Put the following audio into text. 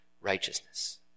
righteousness